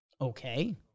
Okay